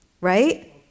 Right